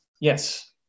Yes